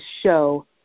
show